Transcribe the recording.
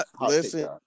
Listen